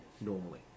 normally